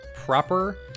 proper